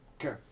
Okay